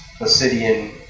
Placidian